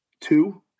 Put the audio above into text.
two